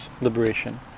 liberation